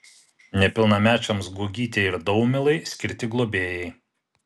nepilnamečiams guogytei ir daumilai skirti globėjai